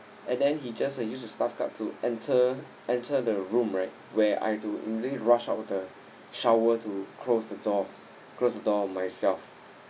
and then he just used the staff card to enter enter the room right where I have to rush out of the shower to close the door close the door myself